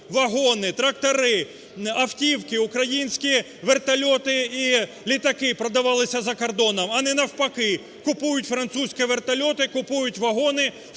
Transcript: вагони, трактори, автівки, українські вертольоти і літаки продавалися за кордоном, а не навпаки, купують французькі вертольоти, купують вагони